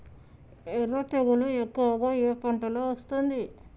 ఎర్ర తెగులు ఎక్కువగా ఏ పంటలో వస్తుంది?